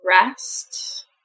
rest